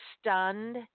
stunned